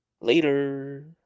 Later